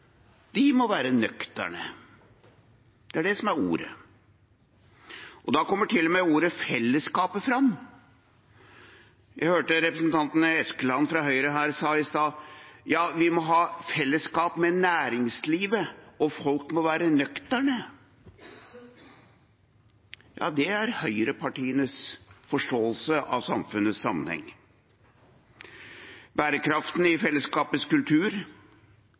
De må være «nøkterne», det er det som er ordet. Og da kommer til og med ordet «fellesskapet» fram. Jeg hørte representanten Eskeland fra Høyre sa her i stad: Vi må ha fellesskap med næringslivet, og folk må være nøkterne. Det er høyrepartienes forståelse av samfunnets sammenhenger. Bærekraften i fellesskapets kultur